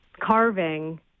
carving